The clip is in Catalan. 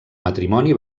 matrimoni